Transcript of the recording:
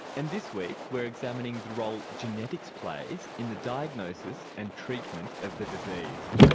and this week we're examining the role genetics plays in the diagnosis and treatment of the disease.